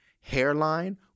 hairline